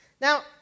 Now